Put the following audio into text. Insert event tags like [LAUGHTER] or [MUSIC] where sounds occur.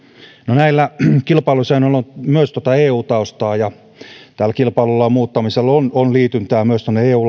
no näillä kilpailusäännöillä on myös eu taustaa ja tällä kilpailulain muuttamisella on on liityntää myös tuonne eu [UNINTELLIGIBLE]